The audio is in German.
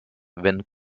wenn